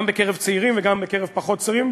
גם בקרב צעירים וגם בקרב פחות צעירים.